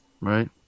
right